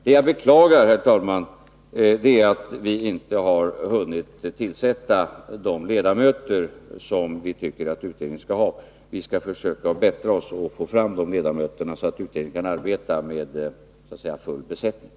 Det jag beklagar, herr talman, är att vi inte har hunnit tillsätta de ledamöter som vi tycker skall ingå i utredningen. Vi skall försöka att bättra oss och utse dessa ledamöter, så att utredningen kan arbeta med full besättning.